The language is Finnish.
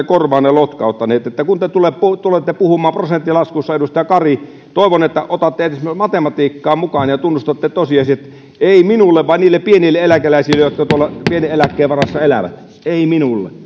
korvaanne lotkauttaneet niin että kun te tulette puhumaan prosenttilaskusta edustaja kari toivon että otatte edes matematiikkaa mukaan ja tunnustatte tosiasiat ei minulle vaan niille pienille eläkeläisille jotka tuolla pienen eläkkeen varassa elävät ei minulle